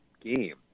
game